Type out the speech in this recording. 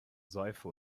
seife